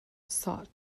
sought